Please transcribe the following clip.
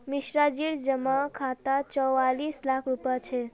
मिश्राजीर जमा खातात चौवालिस लाख रुपया छ